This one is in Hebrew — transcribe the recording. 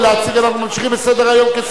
אנחנו ממשיכים בסדר-היום כסדרו.